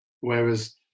whereas